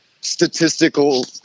statistical